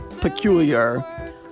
peculiar